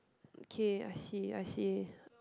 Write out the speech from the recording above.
okay I see I see